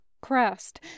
crest